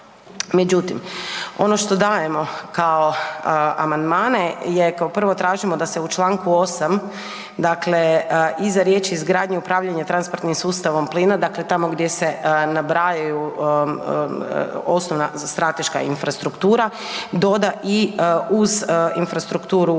Međutim, ono što dajemo kao amandmane je kao prvo tražimo da se u Članku 8., dakle iza riječi „izgradnje upravljanja transportnim sustavom plina“ dakle tamo gdje se nabrajaju osnovna strateška infrastruktura doda i uz infrastrukturu